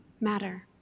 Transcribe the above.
matter